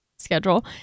schedule